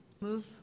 Move